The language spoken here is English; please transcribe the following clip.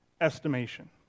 estimation